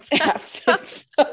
Absence